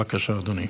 בבקשה, אדוני.